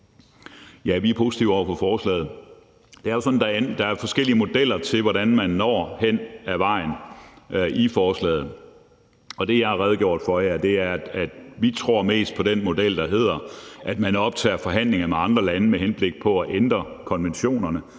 Det er jo sådan, at der i forslaget er forskellige modeller for, hvordan man når hen ad vejen. Det, som jeg har redegjort for her, er, at vi tror mest på den model, der handler om, at man optager forhandlinger med andre lande med henblik på at ændre konventionerne,